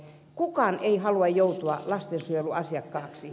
kukaan ei halua joutua lastensuojelun asiakkaaksi